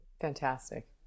Fantastic